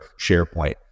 SharePoint